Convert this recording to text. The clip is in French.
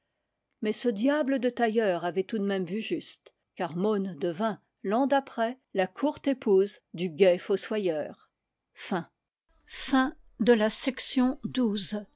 mais ce diable de tailleur avait tout de même vu juste car môn devint l'an d'après la courte épouse du gai fos